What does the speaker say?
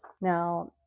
Now